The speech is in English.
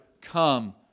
come